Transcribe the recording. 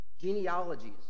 genealogies